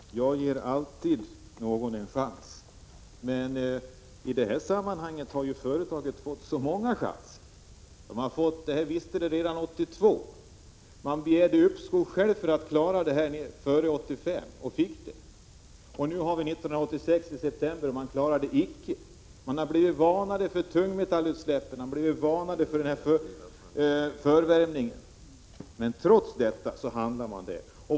Fru talman! Jag ger alltid någon en chans. Men i detta sammanhang har ju företaget fått så många chanser. Man kände till utsläppen redan 1982. Företaget begärde, och fick, uppskov med kravet att klara av det före 1985. Nu skriver vi november 1986, och man klarar det icke. Företaget har varnats för tungmetallutsläppen och utsläppen i samband med skrotförvärmningen. Men trots detta fortsätter man.